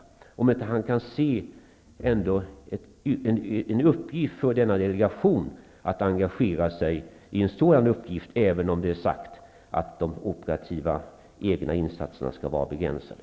Jag skulle vilja fråga om han inte kan se att det är en uppgift för denna delegation att engagagera sig i detta, även om det är sagt att de operativa egna insatserna skall vara begränsade.